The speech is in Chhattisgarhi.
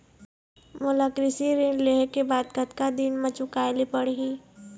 मोला कृषि ऋण लेहे के बाद कतका दिन मा चुकाए ले पड़ही?